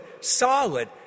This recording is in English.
solid